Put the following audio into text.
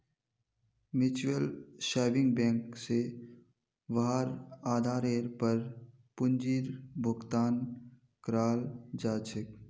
mutual saving bank स वहार आधारेर पर पूंजीर भुगतान कराल जा छेक